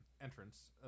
entrance